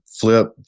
Flip